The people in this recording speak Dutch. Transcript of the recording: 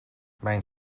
mijn